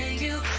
you